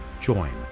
join